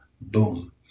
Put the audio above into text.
Boom